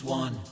one